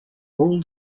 all